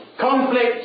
Conflict